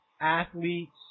athletes